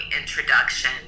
introduction